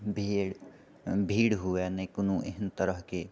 भीड़ भीड़ हुए नहि कोनो एहन तरहकेँ